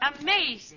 Amazing